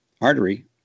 artery